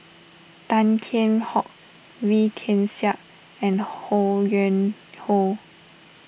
Tan Kheam Hock Wee Tian Siak and Ho Yuen Hoe